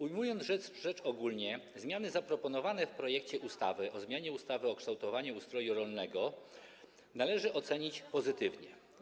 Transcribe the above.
Ujmując rzecz ogólnie, zmiany zaproponowane w projekcie ustawy o zmianie ustawy o kształtowaniu ustroju rolnego należy ocenić pozytywnie.